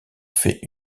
fait